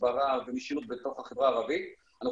הסברה ומשילות בתוך החברה הערבית אנחנו